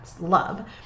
love